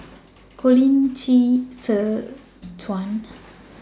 Colin Qi Zhe Quan